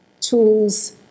tools